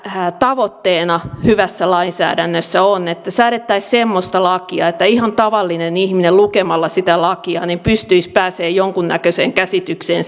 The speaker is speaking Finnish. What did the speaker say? tavoitteena hyvässä lainsäädännössä on että säädettäisiin semmoista lakia että ihan tavallinen ihminen lukemalla sitä lakia pystyisi pääsemään jonkunnäköiseen käsitykseen